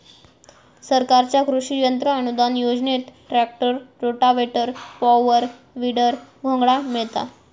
सरकारच्या कृषि यंत्र अनुदान योजनेत ट्रॅक्टर, रोटावेटर, पॉवर, वीडर, घोंगडा मिळता